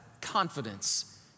confidence